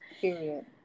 Period